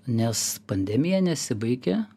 nes pandemija nesibaigia